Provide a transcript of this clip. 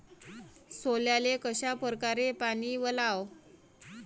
सोल्याले कशा परकारे पानी वलाव?